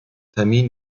termin